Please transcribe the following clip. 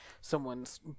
someone's